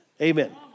Amen